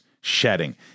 shedding